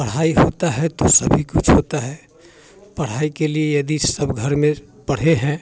पढ़ाई होता है तो सभी कुछ होता है पढ़ाई के लिए यदि सब घर में पढ़े हैं